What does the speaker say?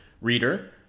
reader